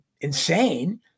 insane